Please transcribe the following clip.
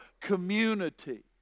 community